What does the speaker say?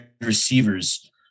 receivers